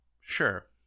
sure